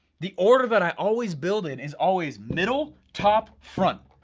the order that i always build in is always middle, top, front.